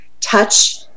Touch